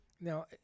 Now